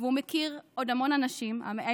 והוא מכיר עוד המון אנשים ושאנחנו עושים פה דבר גדול.